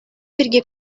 пирки